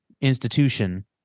institution